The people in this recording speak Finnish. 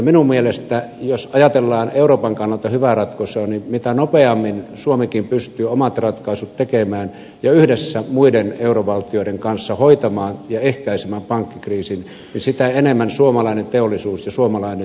minun mielestäni jos ajatellaan euroopan kannalta hyvää ratkaisua on niin että mitä nopeammin suomikin pystyy omat ratkaisunsa tekemään ja yhdessä muiden eurovaltioiden kanssa hoitamaan ja ehkäisemään pankkikriisin sitä enemmän suomalainen teollisuus ja suomalainen työ voittaa